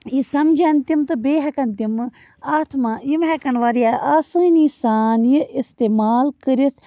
یہِ سمجھن تِم تہٕ بیٚیہِ ہٮ۪کن تِمہٕ اَتھ مَہ یِم ہٮ۪کن واریاہ آسٲنی سان یہِ استعمال کٔرِتھ